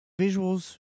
visuals